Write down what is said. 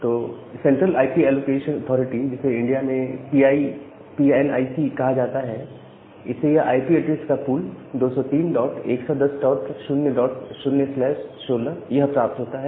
तो central IP allocation authority जिसे India में पी एन आई सी कहा जाता है इससे यह आईपी एड्रेस का पूल 2031100016 यह प्राप्त होता है